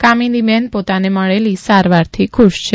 કામિનીબેન પોતાને મળેલી સારવારથી ખુશ છે